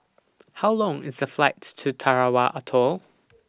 How Long IS The Flight to Tarawa Atoll